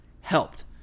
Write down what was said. helped